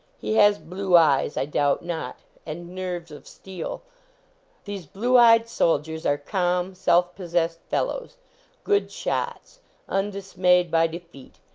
he has blue eyes, i doubt not and nerves of steel these blue-eyed soldiers are calm, self-pos sessed fellows good shots undismayed by defeat,